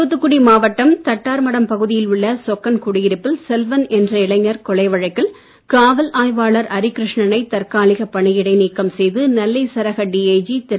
தூத்துக்குடி மாவட்டம் தட்டார்மடம் பகுதியில் உள்ள சொக்கன் குடியிருப்பில் செல்வன் என்ற இளைஞர் கொலை வழக்கில் காவல் ஆய்வாளர் அரிகிருஷ்ணனை தற்காலிக பணியிடை நீக்கம் செய்து நெல்லை சரக டிஐஜி திரு